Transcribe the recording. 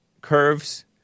curves